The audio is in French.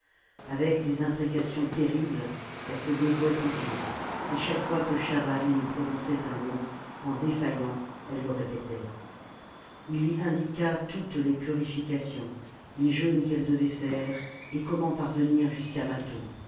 avec des imprécations terribles elle se dévouait aux dieux et chaque fois que schahabarim prononçait un mot en défaillant elle le répétait ii lui indiqua toutes les purifications les jeûnes qu'elle devait faire et comment parvenir jusqu'à mâtho